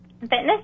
Fitness